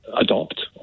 adopt